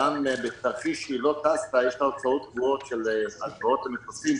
גם בתרחיש שהיא לא טסה יש לה הוצאות קבועות של הלוואות למטוסים,